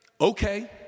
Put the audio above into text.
okay